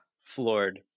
floored